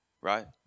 right